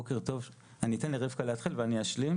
אני אתן לרבקה להתחיל ואני אשלים.